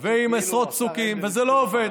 ועם עשרות פסוקים, וזה לא עובד.